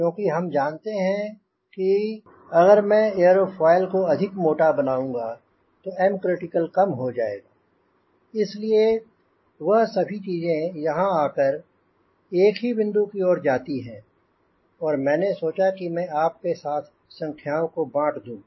क्योंकि हम जानते हैं कि अगर मैं एयरो फाइल को अधिक मोटा बनाऊंँगा तो तोMcritical कम हो जाएगा इसलिए वह सभी चीजें हैं यहाँ आकर एक ही बिंदु की ओर जाती है और मैंने सोचा कि मैं आप के साथ संख्याओं को बांँट दूँ